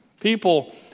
People